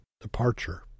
departure